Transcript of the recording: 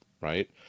right